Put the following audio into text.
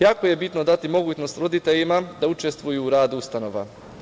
Jako je bitno dati mogućnost roditeljima da učestvuju u radu ustanova.